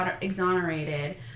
exonerated